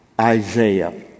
Isaiah